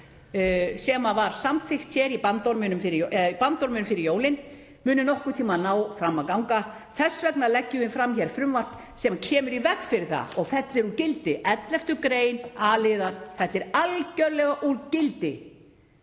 sem var samþykkt hér í bandorminum fyrir jólin muni nokkurn tíma ná fram að ganga. Þess vegna leggjum við fram frumvarp sem kemur í veg fyrir það og fellir úr gildi a-lið 11. gr., fellir algerlega úr gildi